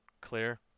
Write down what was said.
Clear